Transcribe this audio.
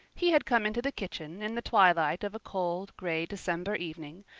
he had come into the kitchen, in the twilight of a cold, gray december evening,